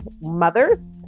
mothers